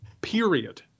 period